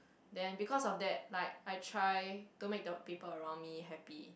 then because of that like I try to make the people around me happy